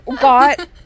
got